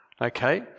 Okay